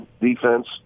defense